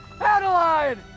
Adeline